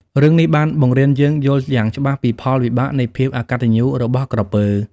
រឿង នេះបានបង្រៀនយើងយល់យ៉ាងច្បាស់ពីផលវិបាកនៃភាពអកតញ្ញូរបស់ក្រពើ។